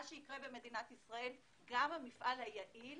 מה שיקרה במדינת ישראל זה שגם המפעל היעיל,